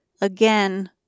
again